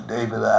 David